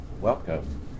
Welcome